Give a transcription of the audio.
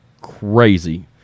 crazy